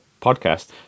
podcast